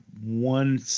one